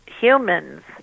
humans